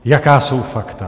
Jaká jsou fakta?